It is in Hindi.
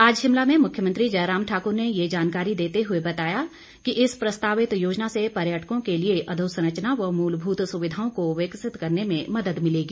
आज शिमला में मुख्यमंत्री जयराम ठाकुर ने ये जानकारी देते हुए बताया कि इस प्रस्तावित योजना से पर्यटकों के लिए अधोसंरचना व मूलभूत सुविधाओं को विकसित करने में मदद मिलेगी